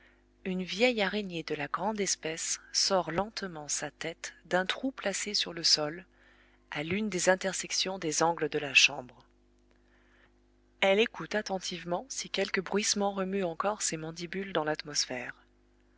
une vieille araignée de la grande espèce sort lentement sa tête d'un trou placé sur le sol à l'une des intersections des angles de la chambre elle écoute attentivement si quelque bruissement remue encore ses mandibules dans l'atmosphère